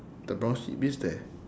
the brown sheep is there